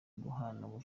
guhangana